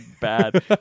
bad